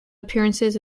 appearances